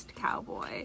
cowboy